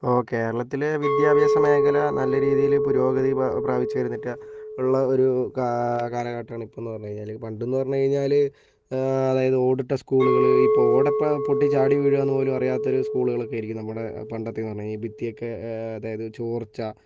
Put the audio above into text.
ഇപ്പോൾ കേരളത്തിലെ വിദ്യാഭ്യാസമേഖല നല്ല രീതിയിൽ പുരോഗതി പ്രാപിച്ചു വരുന്നിട്ട് ഉള്ള ഒരു കാലഘട്ടമാണ് ഇപ്പോഴെന്ന് പറഞ്ഞു കഴിഞ്ഞാൽ പണ്ടെന്നു പറഞ്ഞു കഴിഞ്ഞാൽ അതായത് ഓട് ഇട്ട സ്കൂളുകള് ഇപ്പോൾ ഓട് എപ്പോഴാ പൊട്ടി ചാടി വീഴുകയെന്ന് പോലും അറിയാത്ത ഓരോ സ്കൂളുകൾ ഒക്കെ ആയിരിക്കും നമ്മുടെ പണ്ടത്തേതെന്ന് പറഞ്ഞ് കഴിഞ്ഞാൽ ഈ ഭിത്തി ഒക്കെ അതായത് ചോർച്ച